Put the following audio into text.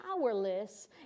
powerless